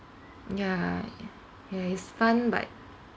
ya I ya it's fun but